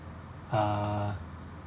err